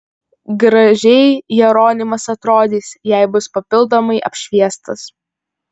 gražiai jeronimas atrodys jei bus papildomai apšviestas